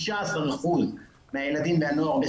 16 אחוזים מהילדים והנוער הם